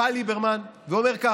בא ליברמן ואומר כך: